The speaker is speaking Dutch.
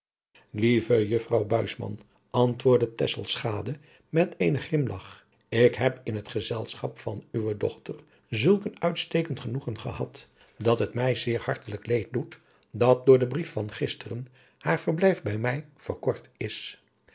lieve juffrouw buisman antwoordde tesselschade met eenen grimlach ik heb in het gezelschap van uwe dochter zulk een uitstekend genoegen gehad dat het mij zeer hartelijk leed doet dat door den brief van adriaan loosjes pzn het leven van hillegonda buisman gisteren haar verblijf bij mij verkort is